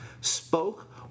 spoke